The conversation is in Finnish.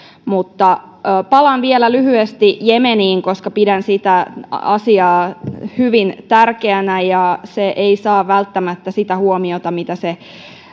palaan vielä lyhyesti jemeniin koska pidän asiaa hyvin tärkeänä ja se ei saa välttämättä sitä huomiota mitä se